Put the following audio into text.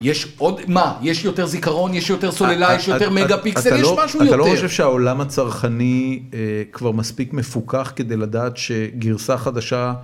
יש עוד, מה? יש יותר זיכרון? יש יותר סוללה? יש יותר מגה פיקסל? יש משהו יותר. אתה לא חושב שהעולם הצרכני כבר מספיק מפוכח כדי לדעת שגרסה חדשה...